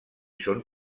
són